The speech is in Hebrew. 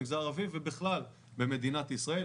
למגזר הערבי ובכלל במדינת ישראל,